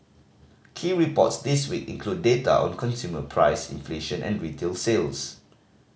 key reports this week include data on consumer price inflation and retail sales